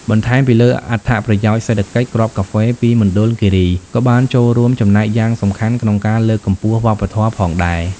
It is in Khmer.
បន្ថែមពីលើអត្ថប្រយោជន៍សេដ្ឋកិច្ច គ្រាប់កាហ្វេពីមណ្ឌលគិរីក៏បានចូលរួមចំណែកយ៉ាងសំខាន់ក្នុងការ លើកកម្ពស់វប្បធម៌ ផងដែរ។